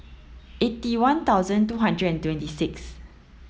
eighty one thousand two hundred and twenty six